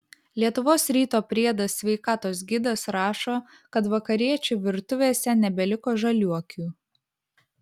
lietuvos ryto priedas sveikatos gidas rašo kad vakariečių virtuvėse nebeliko žaliuokių